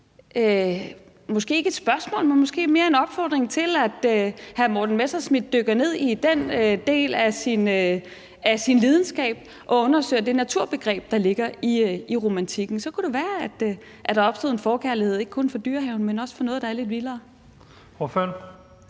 så meget et spørgsmål, men mere en opfordring til, at hr. Morten Messerschmidt dykker ned i den del af sin lidenskab og undersøger det naturbegreb, der ligger i romantikken. Så kunne det være, at der opstod en forkærlighed for ikke kun Dyrehaven, men også for noget, der er lidt vildere.